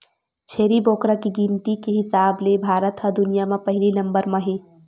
छेरी बोकरा के गिनती के हिसाब ले भारत ह दुनिया म पहिली नंबर म हे